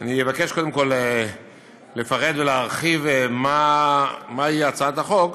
אני אבקש קודם כול לפרט ולהרחיב מהי הצעת החוק